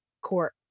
court